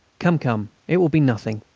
come, come it will be nothing.